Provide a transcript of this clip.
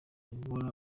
kuboha